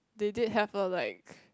they did have a like